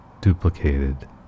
duplicated